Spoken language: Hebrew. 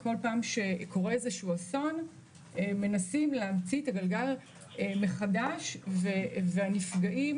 כל פעם כשקורה אסון מנסים להמציא את הגלגל מחדש והנפגעים